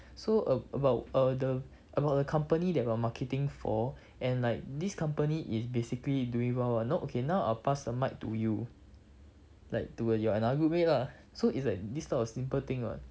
so a~ about the about the company that our marketing for and like this company is basically doing well lah now okay now I'll passed the mic to you like to your another group mate lah so it's like this type of simple thing [what]